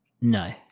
No